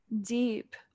deep